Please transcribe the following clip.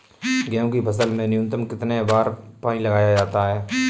गेहूँ की फसल में न्यूनतम कितने बार पानी लगाया जाता है?